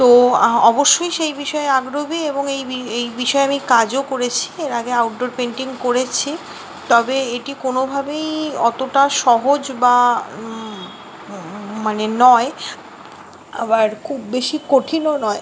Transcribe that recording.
তো অবশ্যই সেই বিষয়ে আগ্রহী এবং এই বি এই বিষয়ে আমি কাজও করেছি এর আগে আউটডোর পেইন্টিং করেছি তবে এটি কোনোভাবেই অতটা সহজ বা মানে নয় আবার খুব বেশি কঠিনও নয়